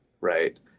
right